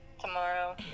tomorrow